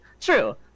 True